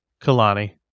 Kalani